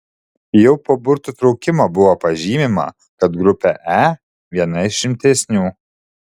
jau po burtų traukimo buvo pažymima kad grupė e viena iš rimtesnių